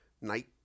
Knight